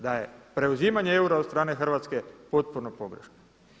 Da je preuzimanje eura od strane Hrvatske potpuno pogrešno.